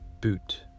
boot